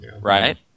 right